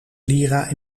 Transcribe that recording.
lira